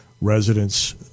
residents